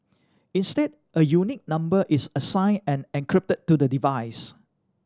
instead a unique number is assigned and encrypted to the device